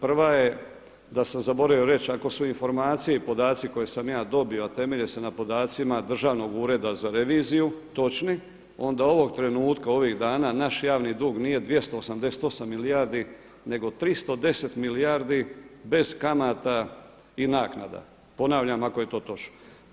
Prva je da sam zaboravio reći ako su informacije i podaci koje sam ja dobio, a temelje se na podacima Državnog ureda za reviziju točni, onda ovog trenutka ovih dana naš javni dug nije 288 milijardi, nego 310 milijardi bez kamata i naknada, ponavljam ako je to točno.